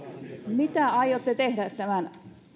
mitä aiotte tehdä tämän